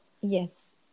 yes